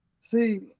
See